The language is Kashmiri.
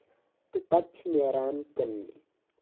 تہٕ پَتہٕ چھِ نیران کٕننہِ